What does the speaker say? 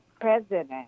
president